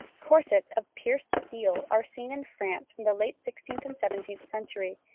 corsets of pierced steel are seen in france from the late sixteenth and seventeenth century,